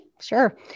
sure